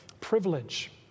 privilege